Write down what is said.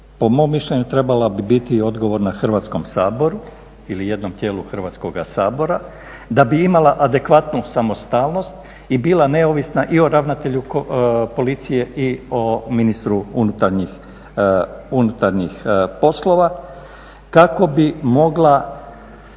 po mom mišljenju trebala bi biti i odgovorna Hrvatskom saboru ili jednom tijelu Hrvatskoga sabora da bi imala adekvatnu samostalnost i bila neovisna i o ravnatelju Policije i o ministru unutarnjih poslova. Kako bi mogla